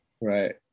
right